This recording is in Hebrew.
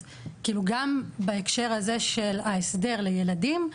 גם בהקשר הזה של ההסדר לילדים,